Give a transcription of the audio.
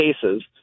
cases